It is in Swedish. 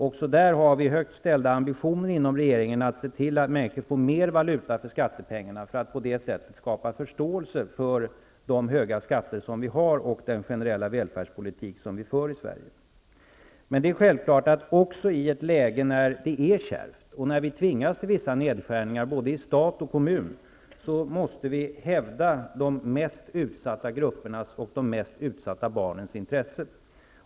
Också därvidlag har vi högt ställda ambitioner inom regeringen -- att se till att människor får mer valuta för skattepengarna, för att på det sättet skapa förståelse för de höga skatter som vi har och den generella välfärdspolitik som vi för i Sverige. Men det är självklart att också i ett läge när det är kärvt och när vi tvingas till vissa nedskärningar både i stat och i kommun, måste vi hävda de mest utsatta gruppernas och de mest utsatta barnens intressen.